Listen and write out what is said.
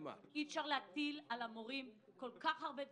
אי-אפשר להטיל על המורים כל כך הרבה דברים,